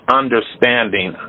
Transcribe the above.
understanding